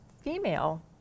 female